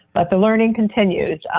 but the learning continues.